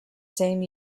same